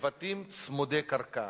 ובבתים צמודי קרקע".